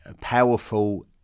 powerful